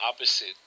opposite